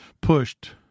pushed